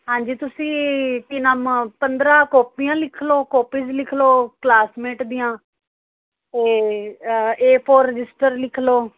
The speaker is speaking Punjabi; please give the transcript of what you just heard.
ਹਾਂਜੀ ਤੁਸੀਂ ਕੀ ਨਾਮ ਪੰਦਰ੍ਹਾਂ ਕੋਪੀਆਂ ਲਿਖ ਲਓ ਕੋਪੀਜ ਲਿਖ ਲ ਕਲਾਸਮੇਟ ਦੀਆਂ ਅਤੇ ਏ ਫੋਰ ਰਜਿਸਟਰ ਲਿਖ ਲਓ